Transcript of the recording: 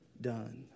done